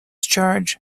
charge